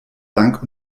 lang